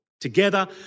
Together